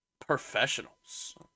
professionals